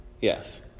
Yes